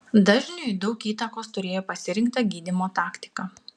dažniui daug įtakos turėjo pasirinkta gydymo taktika